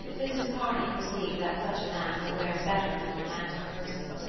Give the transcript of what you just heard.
mrs. kearney perceived that such a man would wear better than a romantic person,